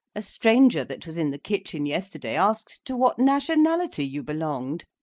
a stranger that was in the kitchen yesterday asked to what nationality you belonged.